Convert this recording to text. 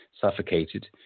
suffocated